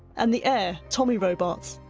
and the heir, tommy robartes,